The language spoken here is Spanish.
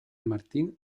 martín